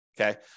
okay